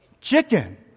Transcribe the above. Chicken